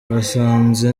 basanze